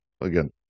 again